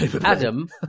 Adam